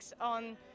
on